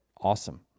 awesome